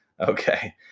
Okay